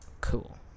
Cool